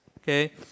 okay